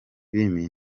filimi